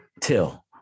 till